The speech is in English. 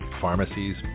pharmacies